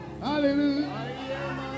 Hallelujah